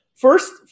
First